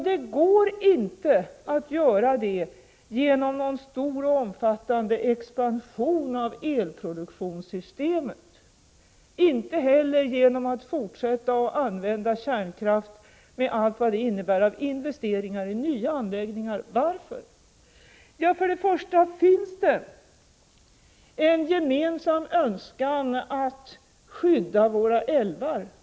Det går inte att göra det genom någon stor och omfattande expansion av elproduktionssystemet, inte heller genom att fortsätta att använda kärnkraft med allt vad det innebär av investeringar i nya anläggningar. Varför? Ja, för det första finns det en gemensam önskan att skydda våra älvar.